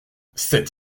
c’est